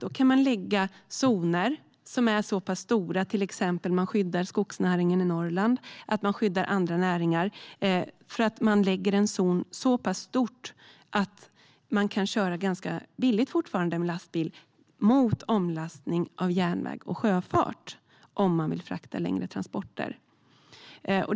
Då kan man skapa zoner som är så pass stora att man till exempel skyddar skogsnäringen i Norrland och andra näringar. Man kan då fortfarande köra ganska billigt med lastbil mot omlastning till järnväg och sjöfart om man vill frakta längre transporter.